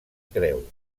creu